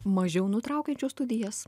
mažiau nutraukiančių studijas